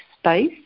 space